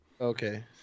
Okay